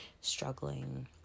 struggling